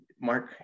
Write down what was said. Mark